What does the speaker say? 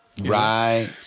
Right